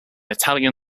italian